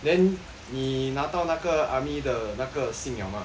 then 你拿到那个 army 的那个信了吗